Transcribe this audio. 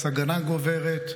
הסכנה גוברת,